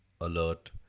alert